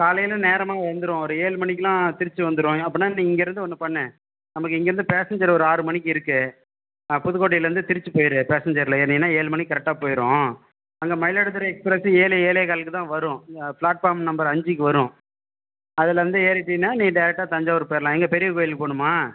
காலையில் நேரமாக வந்துடும் ஒரு ஏழு மணிக்குலாம் திருச்சி வந்துடும் அப்பனால் நீ இங்கயிருந்து ஒன்னு பண்ணு நமக்கு இங்கயிருந்து பேசஞ்ஜர் ஒரு ஆறு மணிக்கு இருக்குது புதுக்கோட்டையிலேந்து திருச்சி போயிடு பேசஞ்ஜரில் ஏறுனினால் ஏழு மணிக்கு கரெக்டாக போயிடும் அங்கே மயிலாடுதுறை எக்ஸ்பிரஸ்ஸு ஏழு ஏழேகாலுக்குதான் வரும் ஃப்ளாட்ஃபார்ம் நம்பர் அஞ்சுக்கு வரும் அதில் வந்து ஏறிட்டின்னால் நீ டேரெக்ட்டாக தஞ்சாவூர் போய்டலாம் எங்கே பெரிய கோயிலுக்கு போகணுமா